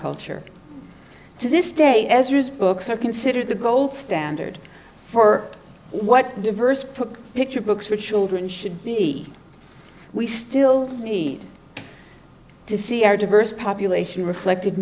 culture to this day as is books are considered the gold standard for what diverse put picture books for children should be we still need to see our diverse population reflected